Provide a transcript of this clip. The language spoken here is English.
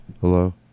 Hello